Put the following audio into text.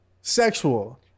sexual